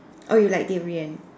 oh you like durian